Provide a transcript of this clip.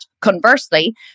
conversely